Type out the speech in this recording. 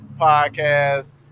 podcast